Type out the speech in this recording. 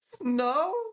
No